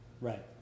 Right